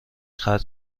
ختم